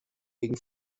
gegen